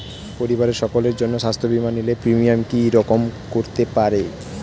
পরিবারের সকলের জন্য স্বাস্থ্য বীমা নিলে প্রিমিয়াম কি রকম করতে পারে?